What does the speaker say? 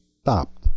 stopped